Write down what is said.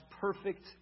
perfect